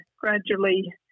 gradually